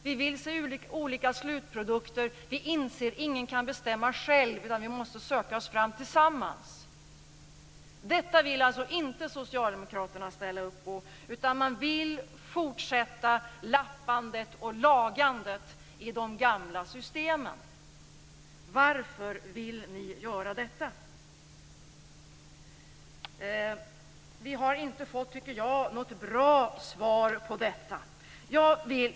Vi vill se olika slutprodukter. Vi inser att ingen kan bestämma själv, utan att vi måste söka oss fram tillsammans. Detta vill alltså inte socialdemokraterna ställa upp på, utan man vill fortsätta lappandet och lagandet i de gamla systemen. Varför vill ni göra detta? Vi har inte fått, tycker jag, något bra svar på detta.